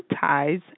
ties